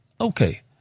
okay